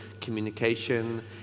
communication